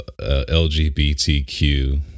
LGBTQ